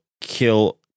kill